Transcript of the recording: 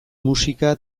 musika